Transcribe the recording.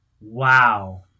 wow